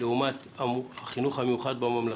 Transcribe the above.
לעומת החינוך המיוחד בממלכתי.